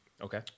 Okay